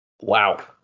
Wow